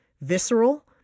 visceral